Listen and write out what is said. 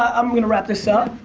i'm going to wrap this up.